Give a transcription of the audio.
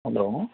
hello